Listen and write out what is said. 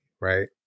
right